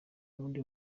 wundi